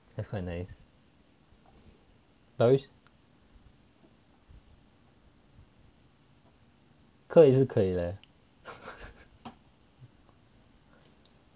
that's quite nice but which 可以是可以 leh